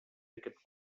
aquest